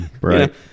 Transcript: right